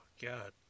God